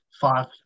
five